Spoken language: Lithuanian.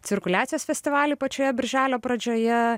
cirkuliacijos festivalį pačioje birželio pradžioje